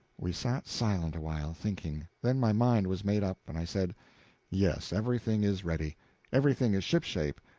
we sat silent awhile, thinking. then my mind was made up, and i said yes, everything is ready everything is shipshape,